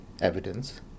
evidence